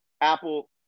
Apple